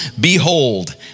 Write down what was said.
Behold